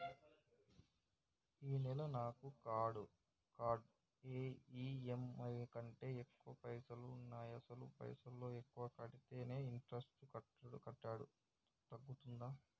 ఈ నెల నా కాడా ఈ.ఎమ్.ఐ కంటే ఎక్కువ పైసల్ ఉన్నాయి అసలు పైసల్ ఎక్కువ కడితే ఇంట్రెస్ట్ కట్టుడు తగ్గుతదా?